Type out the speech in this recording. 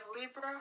Libra